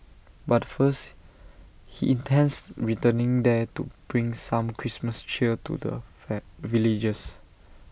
but first he intends returning there to bring some Christmas cheer to the van villagers